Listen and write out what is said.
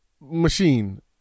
machine